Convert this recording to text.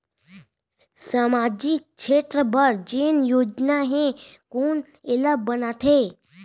सामाजिक क्षेत्र बर जेन योजना हे कोन एला बनाथे?